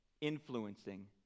influencing